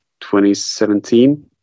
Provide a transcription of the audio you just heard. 2017